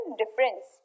difference